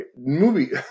Movie